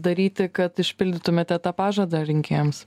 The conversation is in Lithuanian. daryti kad išpildytumėte tą pažadą rinkėjams